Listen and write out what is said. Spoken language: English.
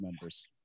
members